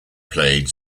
played